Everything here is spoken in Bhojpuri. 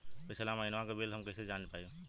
पिछला महिनवा क बिल हम कईसे जान पाइब?